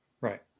Right